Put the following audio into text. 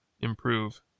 improve